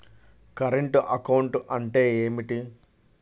Current account అంటే ఏమిటి?